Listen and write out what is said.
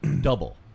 Double